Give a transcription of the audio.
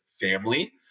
family